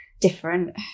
different